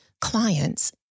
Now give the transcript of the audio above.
clients